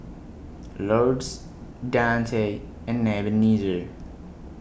Lourdes Dante and Ebenezer